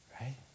Right